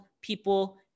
people